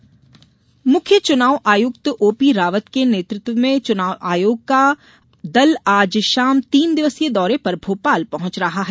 आयोग दौरा मुख्य चुनाव आयुक्त ओपीरावत के नेतृत्व में चुनाव आयोग का दल आज शाम तीन दिवसीय दौरे पर भोपाल पहुंच रहा है